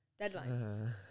deadlines